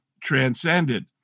transcended